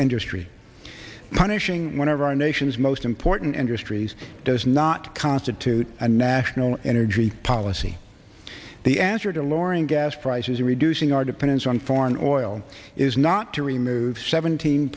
history punishing whenever our nation's most important industries does not constitute a national energy policy the answer to lowering gas prices or reducing our dependence on foreign oil is not to remove seventeen